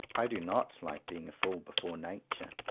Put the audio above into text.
i do not like being a fool before nature.